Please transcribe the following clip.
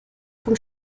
von